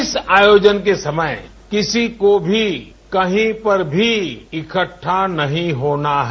इस आयोजन के समय किसी को भी कही पर भी इकट्ठा नहीं होना है